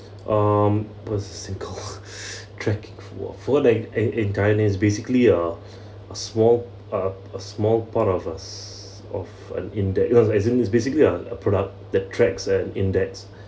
um what's it called tracking for forgot and and diners basically are a small uh a small part of us of and inde~ oh as in it's basically a a product that tracks and index